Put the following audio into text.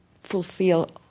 fulfill